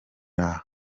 aha